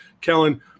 Kellen